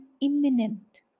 imminent